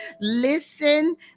listen